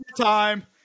time